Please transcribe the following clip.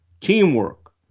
teamwork